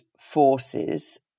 forces